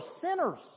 sinners